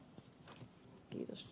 herra puhemies